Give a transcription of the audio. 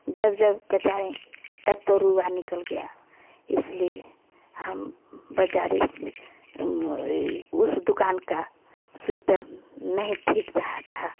जब जब पसारें तब तोरुआ निकल गया इसलिए हम बाजारे उस दुकान का स्वीटर नहीं ठीक रहा था